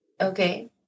Okay